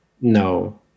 No